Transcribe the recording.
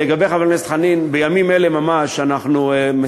לגבי חבר הכנסת חנין, בימים אלה ממש אנחנו מסכמים